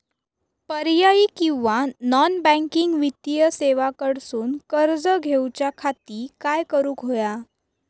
पर्यायी किंवा non banking वित्तीय सेवा कडसून कर्ज घेऊच्या खाती काय करुक होया?